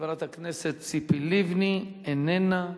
חברת הכנסת ציפי לבני, איננה.